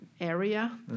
area